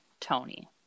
Tony